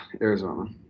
Arizona